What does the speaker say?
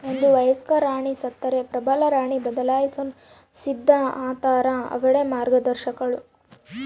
ಒಂದು ವಯಸ್ಕ ರಾಣಿ ಸತ್ತರೆ ಪ್ರಬಲರಾಣಿ ಬದಲಾಯಿಸಲು ಸಿದ್ಧ ಆತಾರ ಅವಳೇ ಮಾರ್ಗದರ್ಶಕಳು